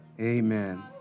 Amen